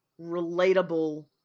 relatable